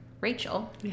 Rachel